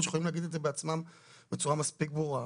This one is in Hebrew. שיכולים להגיד את זה בעצמם בצורה מספיק ברורה.